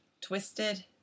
Twisted